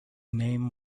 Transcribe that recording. name